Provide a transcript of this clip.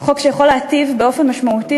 חוק שיכול להיטיב באופן משמעותי,